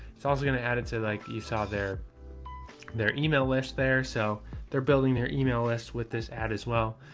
it's also going to add it to like you saw there their email list there. so they're building their email list with this ad as well.